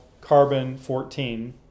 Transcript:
carbon-14